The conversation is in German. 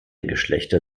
geschlechter